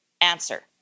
answer